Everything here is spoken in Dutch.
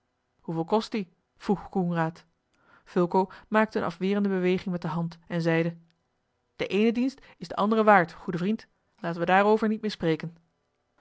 hoeveel kost die vroeg coenraad fulco maakte eene afwerende beweging met de hand en zeide de ééne dienst is den anderen waard goede vriend laten we daarover niet meer spreken